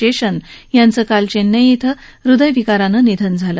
शेषन यांचं काल चेन्नई थें हृदयविकारानं निधन झालं